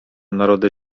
narody